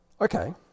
Okay